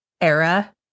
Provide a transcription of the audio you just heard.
era